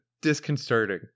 disconcerting